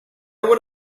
would